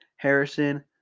Harrison